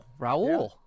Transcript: Raul